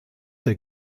der